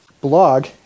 blog